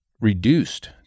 reduced